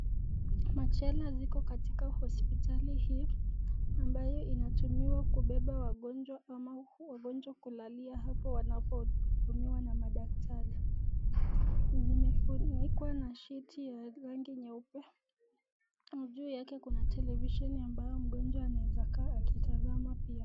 Machela iko katika hospitali hii, ambayo inatumiwa kubeba wagonjwa ama wagonjwa kulalia hapo wanapo hudumiwa na madaktari. Zimefunikwa na shiti ya rangi nyeupe juu yake kuna televisheni ambayo mgonjwa anaweza kuwa akitazama pia.